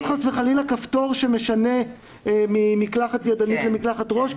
חלילה כפתור שמשנה ממקלחת ידנית למקלחת ראש.